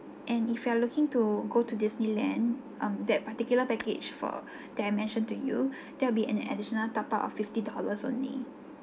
and if you are looking to go to disneyland um that particular package for that I mentioned to you there will be an additional top up of fifty dollars only